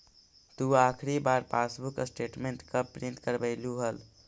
तु आखिरी बार पासबुक स्टेटमेंट कब प्रिन्ट करवैलु हल